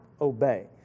obey